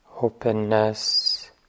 openness